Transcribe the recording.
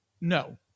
No